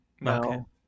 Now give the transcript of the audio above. No